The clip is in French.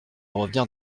revenir